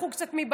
לקחו קצת מבט"פ,